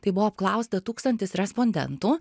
tai buvo apklausta tūkstantis respondentų